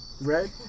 Red